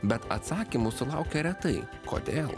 bet atsakymų sulaukia retai kodėl